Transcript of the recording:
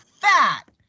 fat